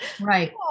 Right